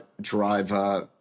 drive